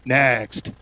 next